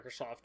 Microsoft